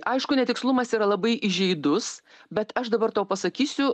aišku netikslumas yra labai įžeidus bet aš dabar tau pasakysiu